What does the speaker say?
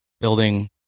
building